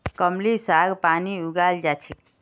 कलमी साग पानीत उगाल जा छेक